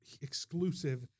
exclusive